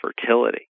fertility